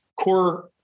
core